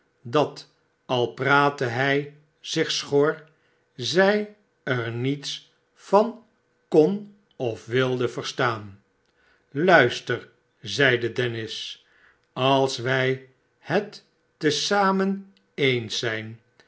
dat al praatte hij zich schor zij er niets van kon of wilde verstaan luisterl zeide dennis als wij het te zamen eens zijn